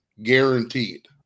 Guaranteed